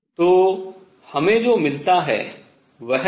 तो हमें जो मिलता है वह है